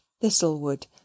thistlewood